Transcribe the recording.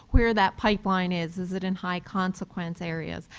where that pipeline is, is it in high consequence areas,